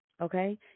Okay